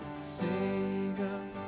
Savior